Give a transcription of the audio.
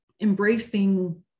embracing